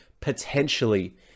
potentially